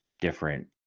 different